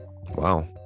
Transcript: Wow